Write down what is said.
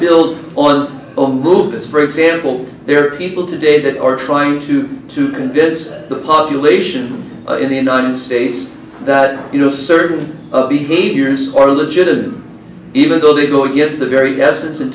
bits for example there are people today that are trying to to convince the population in the united states that you know certain behaviors are legitimate even though they go against the very essence